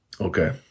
Okay